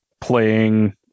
playing